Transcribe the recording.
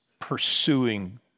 pursuing